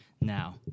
now